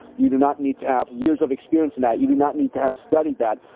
you do not need to have years of experience in that, you do not need to have studied that.